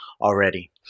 already